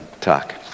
talk